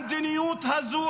המדיניות הזו,